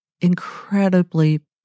incredibly